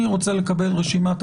אני רוצה לקבל רשימת הגבלות,